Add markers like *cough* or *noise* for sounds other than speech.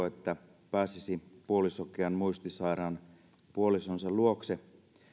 *unintelligible* että pääsisi puolisokean muistisairaan puolisonsa luokse